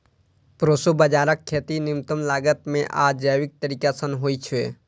proso बाजाराक खेती न्यूनतम लागत मे आ जैविक तरीका सं होइ छै